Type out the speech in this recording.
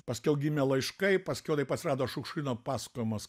paskiau gimė laiškai paskiau taip atsirado šiukšlyno pasakojimas